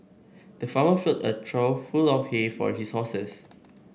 the farmer filled a trough full of hay for his horses